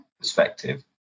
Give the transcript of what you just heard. perspective